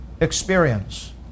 experience